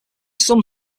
some